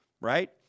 Right